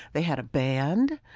they had a band.